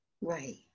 Right